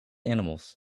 animals